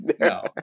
No